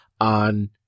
on